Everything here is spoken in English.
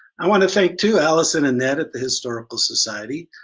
i want to thank too allison and ned at the historical society,